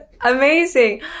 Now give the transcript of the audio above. amazing